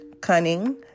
cunning